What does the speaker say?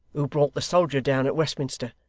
who brought the soldier down, at westminster.